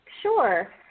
Sure